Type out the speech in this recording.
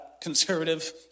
conservative